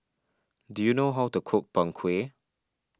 do you know how to cook Png Kueh